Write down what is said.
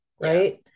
right